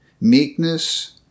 meekness